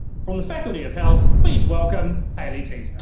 from the faculty of health, please welcome hayley teasdale.